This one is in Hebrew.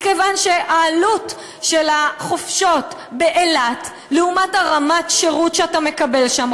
מכיוון שהעלות של החופשות באילת לעומת רמת השירות שאתה מקבל שם,